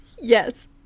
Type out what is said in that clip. Yes